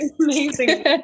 Amazing